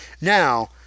Now